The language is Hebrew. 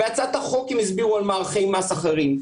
בהצעת החוק הם הסבירו על מערכי מס אחרים.